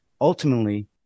ultimately